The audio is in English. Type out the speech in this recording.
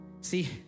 See